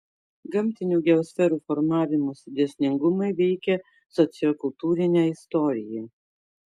gamtinių geosferų formavimosi dėsningumai veikia sociokultūrinę istoriją